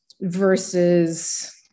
versus